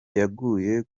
yaguye